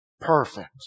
perfect